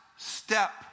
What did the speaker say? step